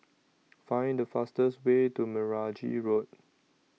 Find The fastest Way to Meragi Road